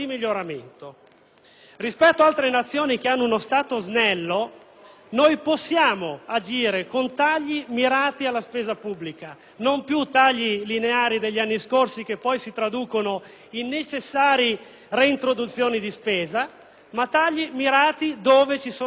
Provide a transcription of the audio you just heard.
Rispetto ad altre Nazioni che hanno uno Stato snello possiamo agire con tagli mirati alla spesa pubblica; non più i tagli lineari degli anni scorsi, che poi si traducono in necessarie reintroduzioni di spesa, ma tagli mirati dove ci sono sprechi.